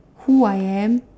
who I am